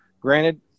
granted